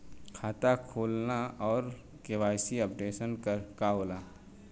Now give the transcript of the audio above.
खाता खोलना और के.वाइ.सी अपडेशन का होला?